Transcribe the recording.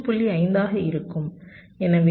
5 ஆக இருக்கும் எனவே ஆல்பா i 0